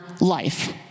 life